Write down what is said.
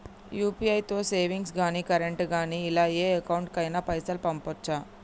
UPI తో savings గాని current గాని ఇలా ఏ అకౌంట్ కైనా పైసల్ పంపొచ్చా?